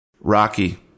Rocky